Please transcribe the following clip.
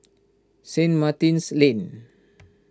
Saint Martin's Lane